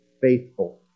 faithful